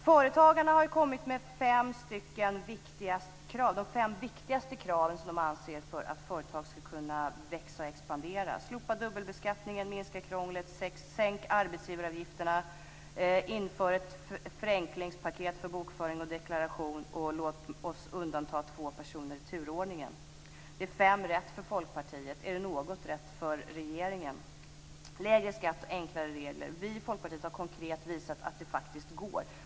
Företagarna har kommit med fem krav som de anser är viktigast för att företag skall kunna växa och expandera. De säger: Slopa dubbelbeskattningen, minska krånglet, sänk arbetsgivaravgifterna, inför ett förenklingspaket för bokföring och deklaration och låt oss undanta två personer i turordningen. Det är fem rätt för Folkpartiet. Är det något rätt för regeringen? Lägre skatt och enklare regler, alltså. Vi i Folkpartiet har konkret visat att det faktiskt går.